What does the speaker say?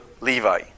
Levi